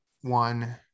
one